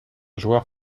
joueur